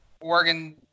Oregon